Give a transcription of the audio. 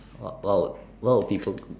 what what would what would people